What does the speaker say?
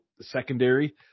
secondary